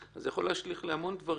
זה יכול להשליך על המון דברים.